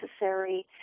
necessary